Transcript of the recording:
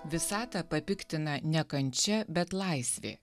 visatą papiktina ne kančia bet laisvė